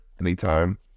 anytime